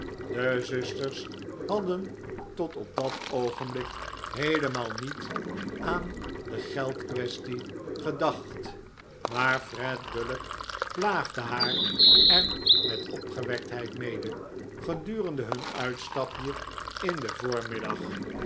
de zusters hadden tot op dat oogenblik heelemaal niet aan de geldquaestie gedacht maar fred bullock plaagde haar er met opgewektheid mede gedurende hun uitstapje in den voormiddag